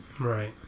Right